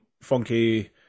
funky